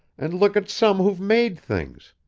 and look at some who've made things.